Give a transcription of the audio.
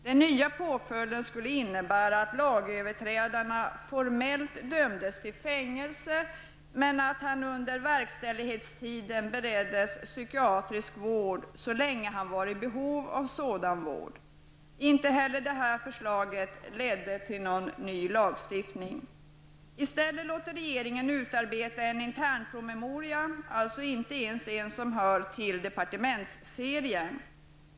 Den nya påföljden innebar att lagöverträdaren formellt dömdes till fängelse, men att han under verkställighetstiden bereddes psykiatrisk vård så länge han var i behov av sådan vård. Inte heller detta förslag ledde till någon ny lagstiftning. I stället lät regeringen utarbeta en internpromemoria, som inte ens ingick i departementsserien.